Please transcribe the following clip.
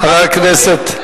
חבר הכנסת,